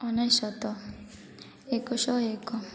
ଅନେଶତ ଏକଶହ ଏକ